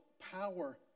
power